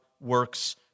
works